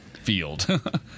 Field